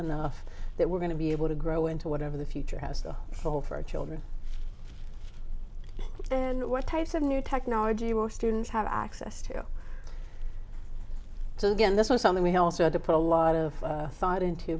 enough that we're going to be able to grow into whatever the future has to hold for our children then what types of new technology will students have access to so again this was something we also had to put a lot of thought into